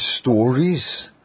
stories